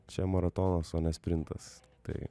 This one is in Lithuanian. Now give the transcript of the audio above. čia maratonas o ne sprintas tai